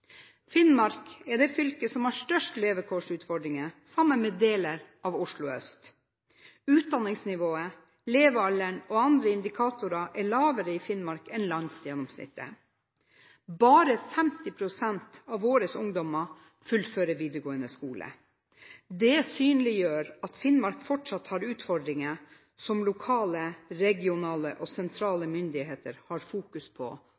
Finnmark er det fylket som har størst levekårsutfordringer, sammen med deler av Oslo øst. Utdanningsnivået, levealderen og andre indikatorer er lavere i Finnmark enn landsgjennomsnittet. Bare 50 pst. av våre ungdommer fullfører videregående skole. Det synliggjør at Finnmark fortsatt har utfordringer som lokale, regionale og sentrale myndigheter fokuserer på